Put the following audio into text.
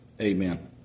amen